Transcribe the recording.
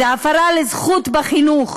זו הפרה של הזכות לחינוך